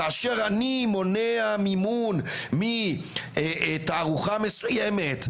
כאשר אני מונע מימון מתערוכה מסוימת,